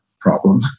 problem